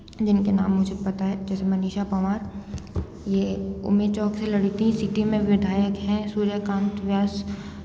जिनके नाम मुझे पता है जैसे मनीषा पंवार ये उम्मी चौंक से लड़ी थीं सिटी में विधायक हैं सूर्यकांत व्यास